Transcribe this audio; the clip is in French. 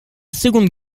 seconde